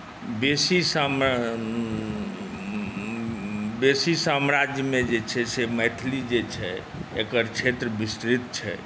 बेसी साम्राज्यमे जे छै से मैथिली जे छै एकर क्षेत्र विस्तृत छै